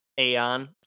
aeon